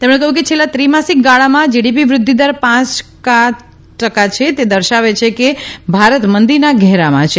તેમણે કહયું કે છેલ્લા ત્રિ માસીક ગાળામાં જીડીપી વૃાઘ્ઘદર પાંચ કા છે તે દર્શાવે છે કે ભારત મંદીના ઘેરામાં છે